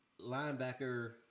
linebacker